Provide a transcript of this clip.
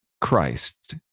Christ